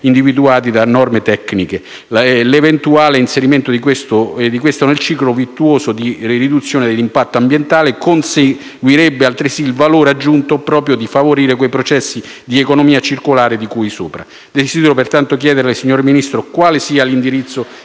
individuati da norme tecniche. L'eventuale inserimento di questi nel ciclo virtuoso di riduzione dell'impatto ambientale conseguirebbe altresì il valore aggiunto proprio di favorire quei processi di economia circolare di cui sopra. Desidero pertanto chiederle, signor Ministro, quale sia l'indirizzo